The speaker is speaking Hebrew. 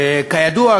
כידוע,